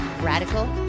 radical